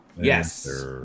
Yes